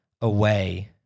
away